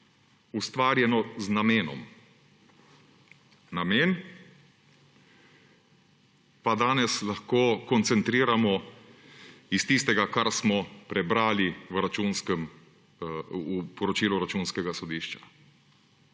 ustvarjeno z namenom. Namen pa danes lahko koncentriramo iz tistega, kar smo prebrali v poročilu Računskega sodišča.